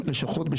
לשכות,